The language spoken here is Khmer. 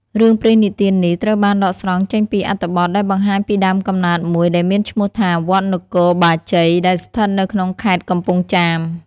រឿងព្រេងនិទាននេះត្រូវបានដកស្រង់ចេញពីអត្ថបទដែលបង្ហាញពីដើមកំណើតមួយដែលមានឈ្មោះថា វត្តនគរបាជ័យ ដែលស្ថិតនៅក្នុងខេត្តកំពង់ចាម ។